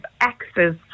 access